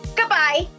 Goodbye